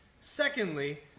Secondly